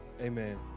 Amen